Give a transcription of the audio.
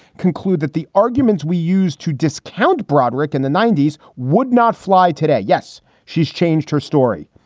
conclude that the arguments we use to discount broderick in the ninety s would not fly today. yes, she's changed her story.